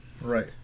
Right